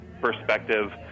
perspective